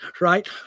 right